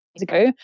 ago